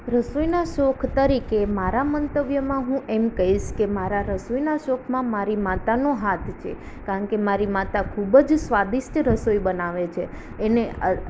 રસોઇના શોખ તરીકે મારા મંતવ્યમા હું એમ કહીશ કે મારા રસોઇના શોખમાં મારી માતાનો હાથ છે કારણ કે મારી માતા ખૂબ જ સ્વાદિષ્ટ રસોઇ બનાવે છે એને